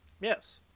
Yes